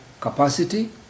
Capacity